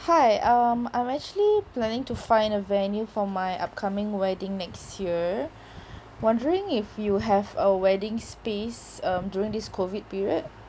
hi um I'm actually planning to find a venue for my upcoming wedding next year wondering if you have a wedding space um during this COVID period